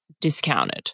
discounted